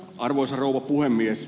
arvoisa rouva puhemies